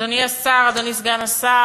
תודה רבה, אדוני השר, אדוני סגן השר,